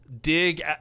dig